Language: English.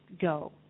go